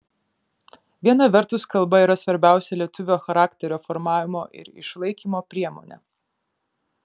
viena vertus kalba yra svarbiausia lietuvio charakterio formavimo ir išlaikymo priemonė